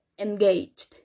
engaged